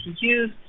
use